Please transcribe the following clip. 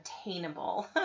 attainable